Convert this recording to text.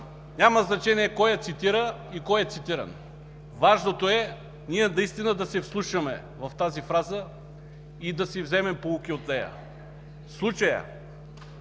няма значение кой я цитира и кой е цитиран. Важното е ние наистина да се вслушаме в тази фраза и да си вземем поуки от нея. В случая